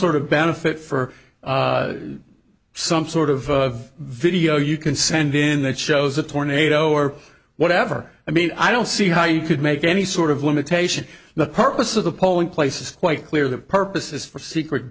sort of benefit for some sort of video you can send in that shows a tornado or whatever i mean i don't see how you could make any sort of limitation on the purpose of the polling places quite clear the purposes for secret